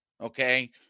Okay